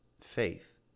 faith